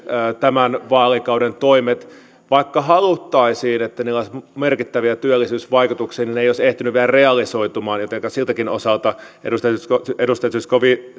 tämän vaalikauden toimet vaikka haluttaisiin että niillä olisi merkittäviä työllisyysvaikutuksia eivät olisi ehtineet vielä realisoitumaan joten siltäkin osalta edustaja